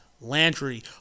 Landry